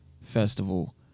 Festival